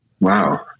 Wow